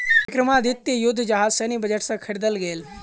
विक्रमादित्य युद्ध जहाज सैन्य बजट से ख़रीदल गेल